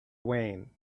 wayne